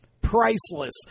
Priceless